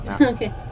Okay